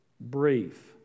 brief